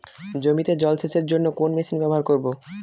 জমিতে জল সেচের জন্য কোন মেশিন ব্যবহার করব?